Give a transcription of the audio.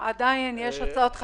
עדיין יש הוצאות חשמל,